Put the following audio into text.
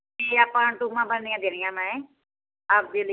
ਅਤੇ ਆਪਾਂ ਟੂਮਾ ਬਣਨੀਆਂ ਦੇਣੀਆਂ ਮੈਂ ਆਪਦੇ ਲਈ